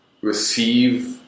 receive